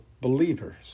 believers